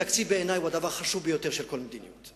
תקציב בעיני הוא הדבר החשוב ביותר של כל המדיניות,